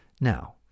Now